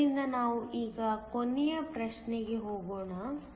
ಆದ್ದರಿಂದ ನಾವು ಈಗ ಕೊನೆಯ ಪ್ರಶ್ನೆ ಗೆ ಹೋಗೋಣ